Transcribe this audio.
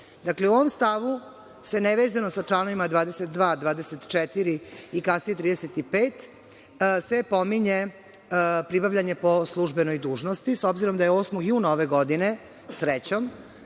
u ovom stavu se, nevezano sa članovima 22, 24. i kasnije 35, pominje pribavljanje po službenoj dužnosti, s obzirom da je 8. juna ove godine, srećom,